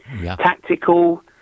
Tactical